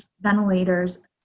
ventilators